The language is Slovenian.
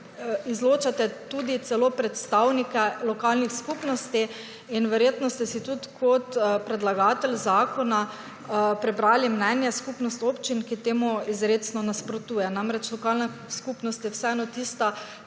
izločate tudi celo predstavnike lokalnih skupnosti in verjetno ste si tudi kot predlagatelj zakona prebrali mnenje skupnost občin, ki temu izredno nasprotuje. Namreč lokalna skupnost je vseeno tista